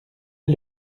est